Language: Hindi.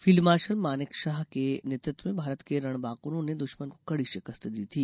फील्ड मार्शल मानेकशॉ के नेतृत्व में भारत के रणबांकुरों ने दुश्मन को कड़ी शिकस्त दी थी